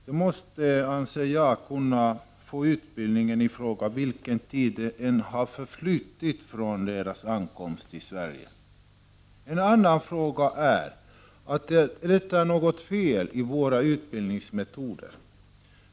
Jag anser att de måste kunna få utbildningen i fråga, oavsett vilken tid som har förflutit från deras ankomst till Sverige. En annan fråga är att det är något fel på våra utbildningsmetoder.